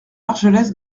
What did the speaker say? argelès